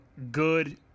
Good